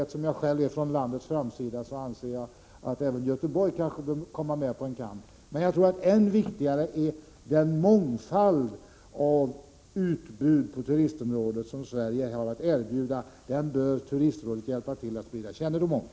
Eftersom jag själv är från landets framsida anser jag att även Göteborg kanske bör komma med på en kant. Än viktigare tror jag dock är att turistrådet hjälper till att sprida kännedom om den mångfald i utbudet som finns här i Sverige.